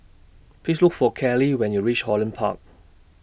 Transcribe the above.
Please Look For Kelli when YOU REACH Holland Park